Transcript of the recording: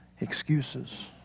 excuses